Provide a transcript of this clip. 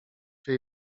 się